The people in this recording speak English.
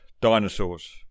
Dinosaurs